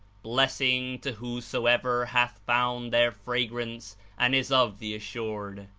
blessing to whosoever hath found their fragrance and is of the assured.